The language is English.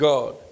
God